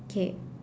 okay